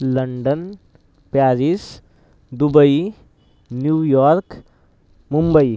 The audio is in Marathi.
London Paris Dubai New York Mumbai